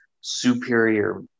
superior